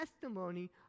testimony